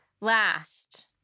last